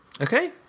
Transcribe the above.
Okay